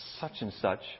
such-and-such